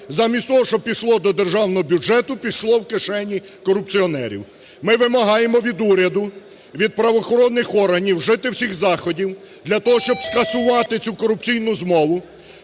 замість того, щоб пішло до державного бюджету, пішло в кишені корупціонерів. Ми вимагаємо від уряду, від правоохоронних органів вжити всіх заходів для того, щоб скасувати цю корупційну змову,